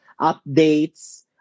updates